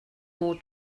more